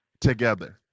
together